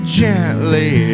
gently